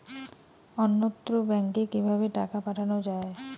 অন্যত্র ব্যংকে কিভাবে টাকা পাঠানো য়ায়?